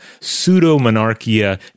Pseudo-Monarchia